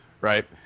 right